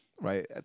right